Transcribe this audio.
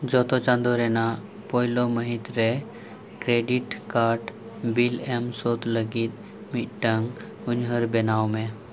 ᱡᱚᱛᱚ ᱪᱟᱸᱫᱳ ᱨᱮᱱᱟᱜ ᱯᱩᱭᱞᱩ ᱢᱟᱹᱦᱤᱛ ᱨᱮ ᱠᱨᱮᱰᱤᱴ ᱠᱟᱰ ᱵᱤᱞ ᱮᱢ ᱥᱳᱫᱷ ᱞᱟᱹᱜᱤᱫ ᱢᱤᱫᱴᱟᱝ ᱩᱭᱦᱟᱹᱨ ᱵᱮᱱᱟᱣ ᱢᱮ